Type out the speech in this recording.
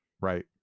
Right